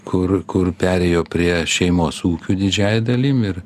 kur kur perėjo prie šeimos ūkių didžiąja dalim ir